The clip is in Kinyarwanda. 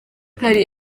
hari